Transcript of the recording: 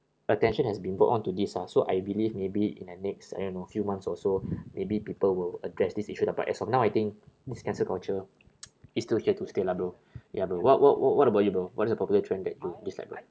attention has been put onto this ah so I believe maybe in the next I don't know few months or so maybe people will address this issue lah but as of now I think this cancel culture is still here to stay lah bro ya bro what what what what about you bro what is a popular trend that you dislike bro